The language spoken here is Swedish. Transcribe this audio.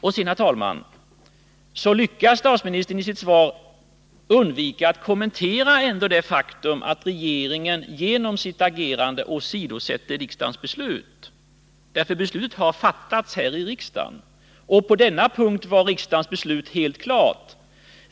Statsministern lyckas i sitt svar undvika att kommentera det faktum att regeringen genom sitt agerande åsidosätter riksdagens beslut. Beslut har nämligen fattats här i riksdagen. På denna punkt var riksdagens beslut helt klart.